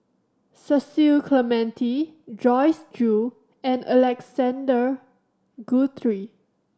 Cecil Clementi Joyce Jue and Alexander Guthrie